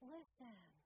Listen